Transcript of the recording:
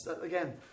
Again